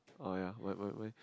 oh ya wait wait wait